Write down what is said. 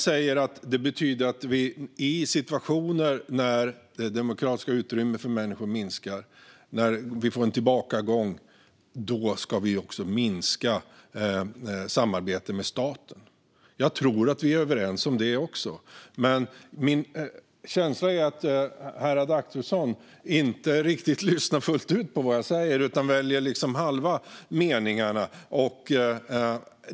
När det demokratiska utrymmet för människor minskar - när det sker en tillbakagång - ska vi också minska samarbetet med staten. Jag tror att vi är överens även om detta, men min känsla är att herr Adaktusson inte riktigt lyssnar fullt ut på vad jag säger utan väljer halva meningarna.